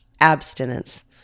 abstinence